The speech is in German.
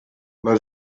mal